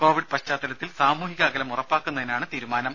Covid പശ്ചാത്തലത്തിൽ സാമൂഹിക അകലം ഉറപ്പാക്കുന്നതിനാണ് തീരുമാനം